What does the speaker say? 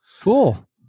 cool